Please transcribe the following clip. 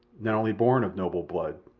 not only born of noble blood,